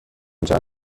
چند